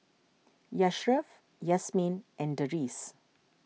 Yashraff Yasmin and Deris